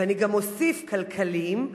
ואני גם אוסיף: כלכליים,